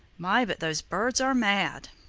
my, but those birds are mad!